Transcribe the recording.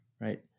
right